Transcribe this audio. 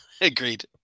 agreed